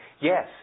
Yes